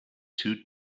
two